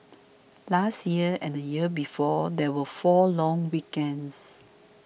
last year and the year before there were four long weekends